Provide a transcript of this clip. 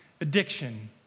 addiction